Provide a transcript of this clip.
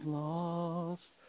lost